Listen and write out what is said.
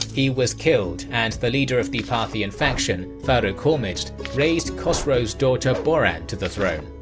he was killed and the leader of the parthian faction, farrukh hormizd, raised khosrow's daughter boran to the throne.